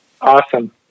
Awesome